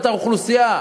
את האוכלוסייה.